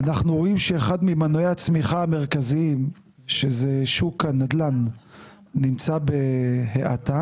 אנחנו רואים שאחד ממנועי הצמיחה המרכזיים שזה שוק הנדל"ן נמצא בהאטה,